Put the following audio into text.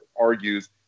argues